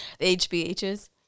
hbhs